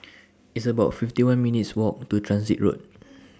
It's about fifty one minutes' Walk to Transit Road